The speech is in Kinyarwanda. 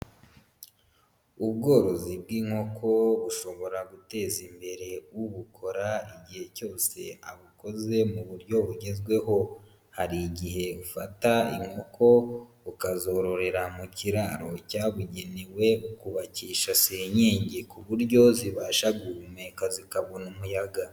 Ubworozi bw'inkoko bushobora guteza imbere ubukora igihe cyose abukoze mu buryo bugezweho. Hari igihe ufata inkoko ukazororera mu kiraro cyabugenewe ukubakisha senyenge ku buryo zibasha guhumeka zikabona umuyaga.